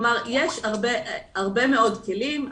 כלומר: יש הרבה מאוד כלים.